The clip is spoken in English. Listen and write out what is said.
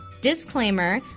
Disclaimer